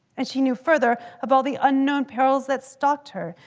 and she knew further, of all the unknown perils that stalked her.